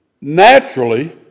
naturally